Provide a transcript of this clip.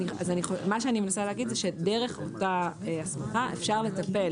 מה שאני מנסה להגיד הוא שדרך אותה פסקה אפשר לטפל,